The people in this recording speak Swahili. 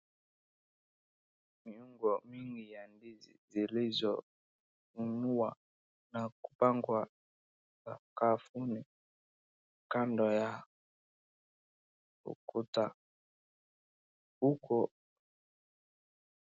Miungo mingi ya ndizi zilizovunwa na kupangwa sakafuni, kando ya ukuta. Huko.